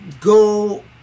go